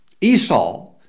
Esau